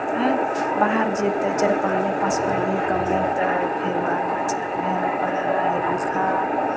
आयँ बाहर जेतै चारि प्राणी पाँच प्राणी कमेतै तऽ फेर बाल बच्चा उएहमे पढ़ाइ लिखाइ